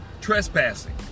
trespassing